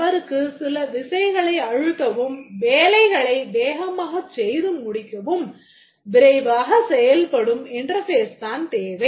அவருக்கு சில விசைகளை அழுத்தவும் வேலைகளை வேகமாகச் செய்து முடிக்கவும் விரைவாகச் செயல்படும் இன்டர்பேஸ் தான் தேவை